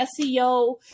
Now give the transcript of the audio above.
SEO